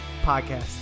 Podcast